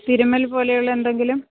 തിരുമ്മൽ പോലെയുള്ള എന്തെങ്കിലും